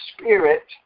spirit